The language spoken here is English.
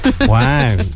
wow